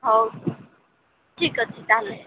ହଉ ଠିକ ଅଛି ତାହେଲେ